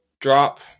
drop